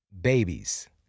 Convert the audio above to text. babies